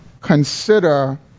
consider